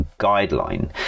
guideline